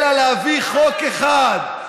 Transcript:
אלא להביא חוק אחד,